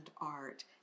art